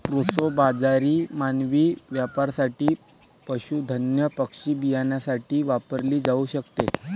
proso बाजरी मानवी वापरासाठी, पशुधन पक्षी बियाण्यासाठी वापरली जाऊ शकते